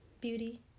beauty